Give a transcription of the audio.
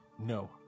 No